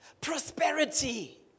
Prosperity